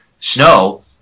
snow